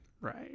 Right